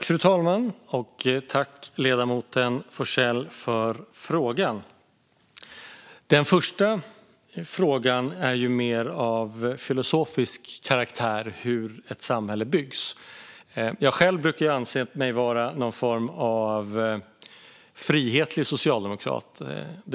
Fru talman! Jag tackar ledamoten Forssell för frågorna. Den första frågan är mer av filosofisk karaktär, det vill säga hur ett samhälle byggs. Jag själv brukar anse mig vara någon form av frihetlig socialdemokrat.